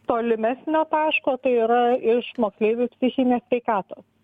tolimesnio taško tai yra iš moksleivių psichinės sveikatos